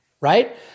right